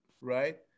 right